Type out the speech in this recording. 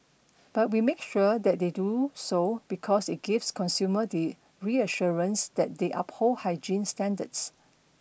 but we make sure that they do so because it gives consumers the reassurance that they uphold hygiene standards